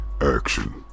action